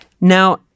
now